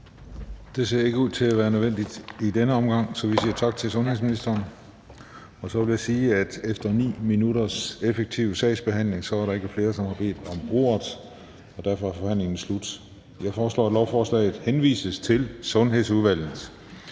Der ser ikke ud til at være spørgsmål i denne omgang, så vi siger tak til sundhedsministeren. Og så vil jeg sige, at efter 9 minutters effektiv sagsbehandling er der ikke flere, som har bedt om ordet. Derfor er forhandlingen sluttet. Jeg foreslår, at lovforslaget henvises til Sundhedsudvalget.